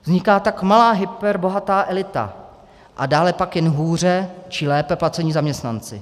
Vzniká tak malá hyperbohatá elita a dále pak jen hůře či lépe placení zaměstnanci.